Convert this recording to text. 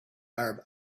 arab